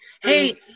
Hey